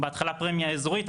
בהתחלה פרמיה אזורית,